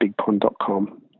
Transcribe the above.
bigpond.com